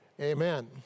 amen